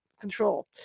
control